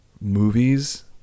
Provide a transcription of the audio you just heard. movies